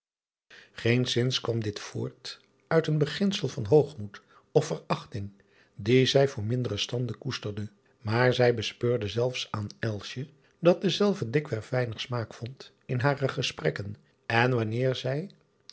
eenszins kwam dit voort uit een beginsel van hoogmoed of ver driaan oosjes zn et leven van illegonda uisman achting die zij voor mindere standen koesterde maar zij bespeurde zelfs aan dat dezelve dikwerf weinig smaak vond in hare gesprekken en wanneer zij